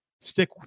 stick